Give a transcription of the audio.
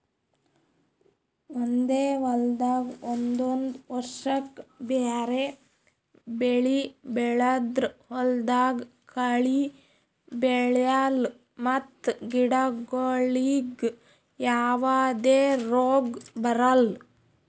ಒಂದೇ ಹೊಲ್ದಾಗ್ ಒಂದೊಂದ್ ವರ್ಷಕ್ಕ್ ಬ್ಯಾರೆ ಬೆಳಿ ಬೆಳದ್ರ್ ಹೊಲ್ದಾಗ ಕಳಿ ಬೆಳ್ಯಾಲ್ ಮತ್ತ್ ಗಿಡಗೋಳಿಗ್ ಯಾವದೇ ರೋಗ್ ಬರಲ್